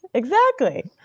exactly